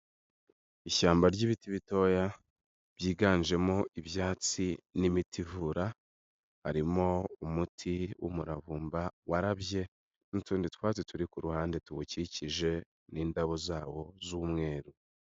Ishyamba ry'ibiti bitoya byiganjemo ibyatsi n'imiti ivura, harimo umuti w'umuravumba warabye n'utundi twatsi turi ku ruhande tuwukikije n'indabo zawo z'umweru.